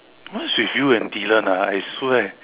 what's with you and Dylan ah I swear